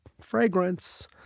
fragrance